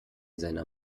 seiner